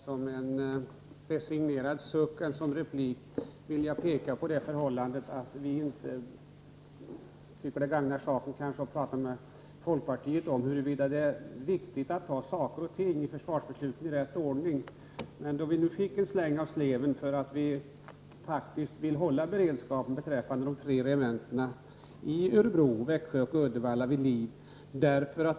Herr talman! I högre grad som en resignerad suck än som replik vill jag peka på det förhållandet att vi inte tycker att det gagnar saken att prata med folkpartiet om huruvida det är viktigt att ta saker och ting i försvarsbesluten i rätt ordning. Men nu fick vi en släng av sleven för att vi faktiskt vill hålla beredskapen beträffande de tre regementena i Örebro, Växjö och Uddevalla vid liv.